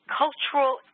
cultural